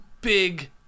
big